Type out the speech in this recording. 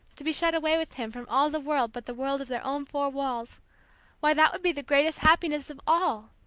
to be shut away with him from all the world but the world of their own four walls why, that would be the greatest happiness of all!